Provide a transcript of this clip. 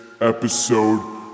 episode